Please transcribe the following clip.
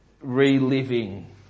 reliving